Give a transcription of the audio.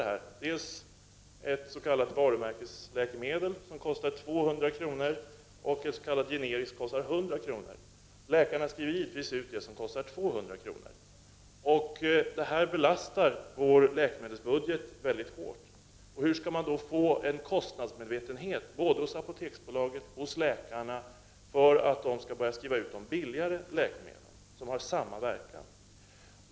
Det är dels ett s.k. varumärkesläkemedel, som kostar 200 kr, dels ett generiskt som kostar 100 kr. Läkarna skriver givetvis ut det som kostar 200 kr. Detta belastar vår läkemedelsbudget mycket hårt. Hur skall man få en kostnadsmedvetenhet hos både Apoteksbolaget och läkarna för att de skall börja skriva ut de billigare läkemedel som har samma verkan?